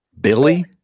Billy